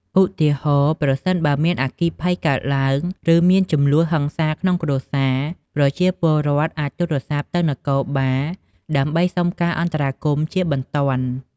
ឧទាហរណ៍ ប្រសិនបើមានអគ្គីភ័យកើតឡើង ឬមានជម្លោះហិង្សាក្នុងគ្រួសារ ប្រជាពលរដ្ឋអាចទូរស័ព្ទទៅនគរបាលដើម្បីសុំអន្តរាគមន៍ជាបន្ទាន់។